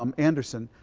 um anderson,